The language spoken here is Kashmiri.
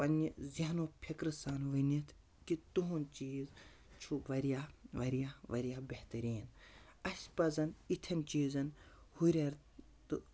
پنٛنہِ ذہن و فِکرٕ سان ؤنِتھ کہِ تُہُنٛد چیٖز چھُ واریاہ واریاہ واریاہ بہتریٖن اَسہِ پَزَن اِتھٮ۪ن چیٖزَن ہُرٮ۪ر تہٕ